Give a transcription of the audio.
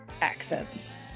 accents